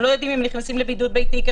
הם לא יודעים אם נכנסים לבידוד ביתי,